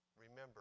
remember